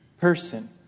person